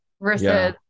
versus